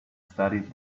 studied